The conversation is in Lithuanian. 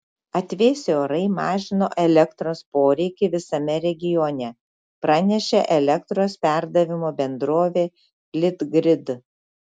atvėsę orai mažino elektros poreikį visame regione pranešė elektros perdavimo bendrovė litgrid